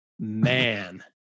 man